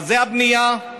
הבנייה,